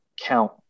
count